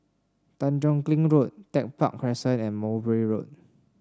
Tanjong Kling Road Tech Park Crescent and Mowbray Road